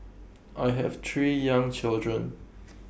I have three young children